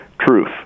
truth